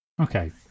Okay